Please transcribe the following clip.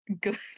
Good